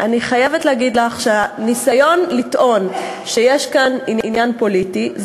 אני חייבת להגיד לך שהניסיון לטעון שיש כאן עניין פוליטי זה